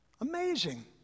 Amazing